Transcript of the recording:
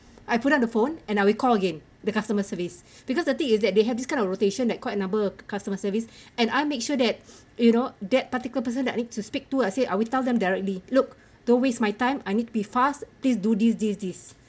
I put down the phone and I will call again the customer service because the thing is that they have this kind of rotation like quite a number of customer service and I make sure that you know that particular person that I need to speak to I say I will tell them directly look don't waste my time I need to be fast please do this this this